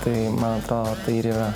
tai mato tai ir yra